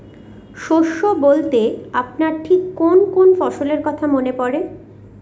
শস্য বলতে আপনার ঠিক কোন কোন ফসলের কথা মনে পড়ে?